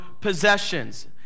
possessions